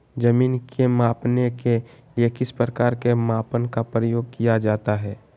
जमीन के मापने के लिए किस प्रकार के मापन का प्रयोग किया जाता है?